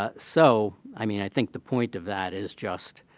ah so, i mean, i think the point of that is just